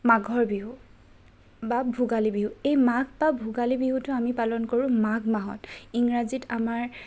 মাঘৰ বিহু বা ভোগালী বিহু এই মাঘ বা ভোগালী বিহুটো আমি পালন কৰোঁ মাঘ মাহত ইংৰাজীত আমাৰ